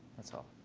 that's all.